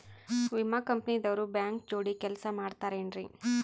ವಿಮಾ ಕಂಪನಿ ದವ್ರು ಬ್ಯಾಂಕ ಜೋಡಿ ಕೆಲ್ಸ ಮಾಡತಾರೆನ್ರಿ?